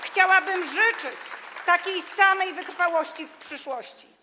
Chciałabym życzyć takiej samej wytrwałości w przyszłości.